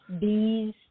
bees